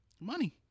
Money